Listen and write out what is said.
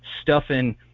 stuffing